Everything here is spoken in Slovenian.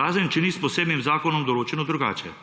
razen če ni s posebnim zakonom določeno drugače.